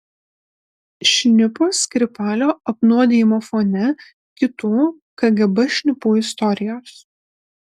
šnipo skripalio apnuodijimo fone kitų kgb šnipų istorijos